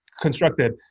Constructed